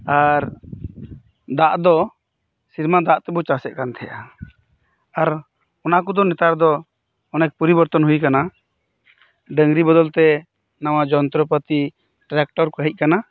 ᱟᱨ ᱫᱟᱜ ᱫᱚ ᱥᱮᱨᱢᱟ ᱫᱟᱜ ᱛᱮᱵᱚ ᱪᱟᱥᱮᱫ ᱠᱟᱱ ᱛᱟᱦᱮᱱᱟ ᱟᱨ ᱚᱱᱟ ᱠᱚᱫᱚ ᱱᱮᱛᱟᱨ ᱫᱚ ᱚᱱᱮᱠ ᱯᱚᱨᱤᱵᱚᱨᱛᱚᱱ ᱦᱩᱭ ᱟᱠᱟᱱᱟ ᱰᱟᱹᱝᱨᱤ ᱵᱚᱫᱚᱞ ᱛᱮ ᱱᱟᱣᱟ ᱡᱚᱱᱛᱨᱚᱯᱟᱹᱛᱤ ᱴᱨᱮᱠᱴᱚᱨ ᱠᱚ ᱦᱮᱡ ᱟᱠᱟᱱᱟ